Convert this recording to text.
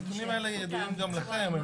הנתונים האלה ידועים גם לכם.